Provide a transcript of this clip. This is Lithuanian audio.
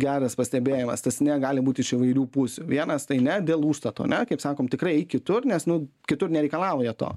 geras pastebėjimas tas ne gali būt iš įvairių pusių vienas tai ne dėl užstato ane kaip sakom tikrai eik kitur nes nu kitur nereikalauja to